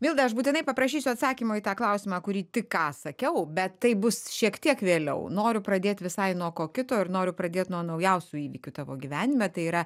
milda aš būtinai paprašysiu atsakymo į tą klausimą kurį tik ką sakiau bet tai bus šiek tiek vėliau noriu pradėt visai nuo ko kito ir noriu pradėt nuo naujausių įvykių tavo gyvenime tai yra